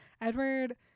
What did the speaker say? Edward